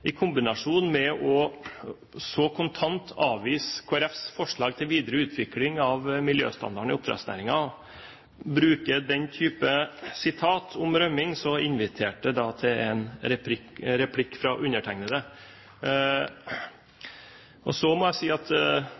i kombinasjon med så kontant å avvise Kristelig Folkepartis forslag til videre utvikling av miljøstandarden i oppdrettsnæringen bruker den typen sitater om rømming, inviterte det til en replikk fra undertegnede. Så må jeg si at